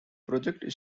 project